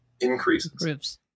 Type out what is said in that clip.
increases